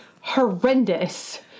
horrendous